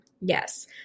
Yes